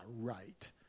right